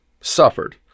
suffered